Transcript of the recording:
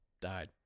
died